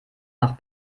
nach